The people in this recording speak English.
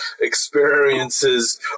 experiences